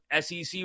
SEC